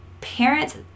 parents